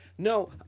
No